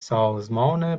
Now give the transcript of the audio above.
سازمان